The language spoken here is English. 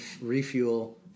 refuel